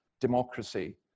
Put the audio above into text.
democracy